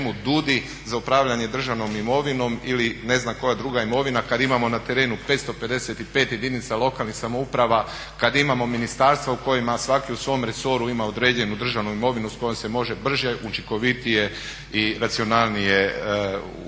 kad imamo na terenu 555 jedinica lokalnih samouprava, kad imamo ministarstva u kojima svaki u svom resoru ima određenu državnu imovinu s kojom se može brže, učinkovitije i racionalnije upravljati.